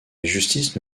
justice